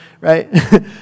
right